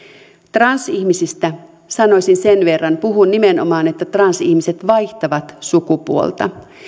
transihmisistä sanoisin sen verran puhun nimenomaan että transihmiset vaihtavat sukupuolta